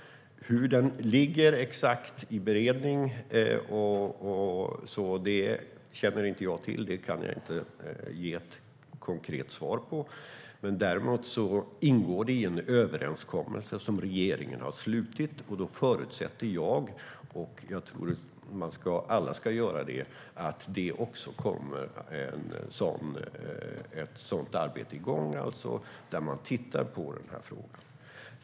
Hur det exakt ligger till i fråga om beredning känner jag inte till. Det kan jag inte ge ett konkret svar på. Men det ingår i en överenskommelse som regeringen har slutit. Då förutsätter jag - och jag tror att alla ska göra det - att det kommer igång ett arbete där man tittar på den frågan.